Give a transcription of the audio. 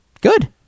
Good